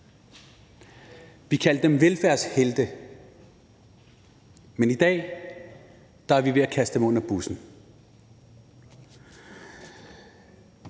vi kaldte dem velfærdshelte, men i dag er vi ved at kaste dem under bussen.